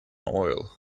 oil